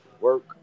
work